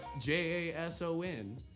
J-A-S-O-N